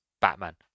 Batman